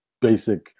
basic